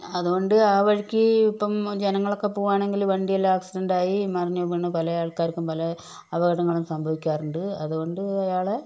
അത് കൊണ്ട് ആ വഴിക്ക് ഇപ്പം ജനങ്ങളൊക്കെ പോകുവാണെങ്കില് വണ്ടിയെല്ലാം ആക്സിഡന്റായി മറിഞ്ഞു വീണ് പല ആൾക്കാർക്കും പല അപകടങ്ങളും സംഭവിക്കാറുണ്ട് അത്കൊണ്ട് അയാളെ